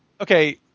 okay